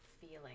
feeling